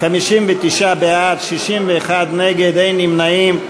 59 בעד, 61 נגד, אין נמנעים.